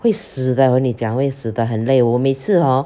会死的我跟你讲会死的很累我每次 hor